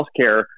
healthcare